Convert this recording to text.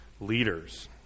leaders